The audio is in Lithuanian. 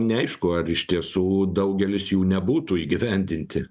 neaišku ar iš tiesų daugelis jų nebūtų įgyvendinti